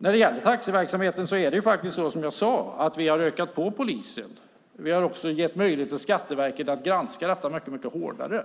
När det gäller taxiverksamheten är det faktiskt så, som jag sade, att vi har ökat på polisen. Vi har också gett möjlighet för Skatteverket att granska verksamheten mycket hårdare.